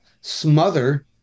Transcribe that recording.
smother